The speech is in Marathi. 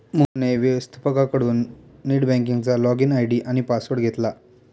मोहनने व्यवस्थपकाकडून नेट बँकिंगचा लॉगइन आय.डी आणि पासवर्ड घेतला